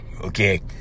okay